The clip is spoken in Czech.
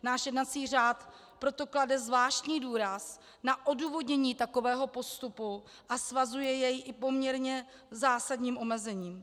Náš jednací řád proto klade zvláštní důraz na odůvodnění takového postupu a svazuje jej i poměrně zásadním omezením.